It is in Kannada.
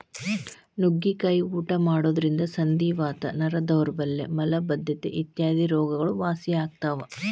ನುಗ್ಗಿಕಾಯಿ ಊಟ ಮಾಡೋದ್ರಿಂದ ಸಂಧಿವಾತ, ನರ ದೌರ್ಬಲ್ಯ ಮಲಬದ್ದತೆ ಇತ್ಯಾದಿ ರೋಗಗಳು ವಾಸಿಯಾಗ್ತಾವ